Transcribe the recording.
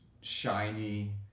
shiny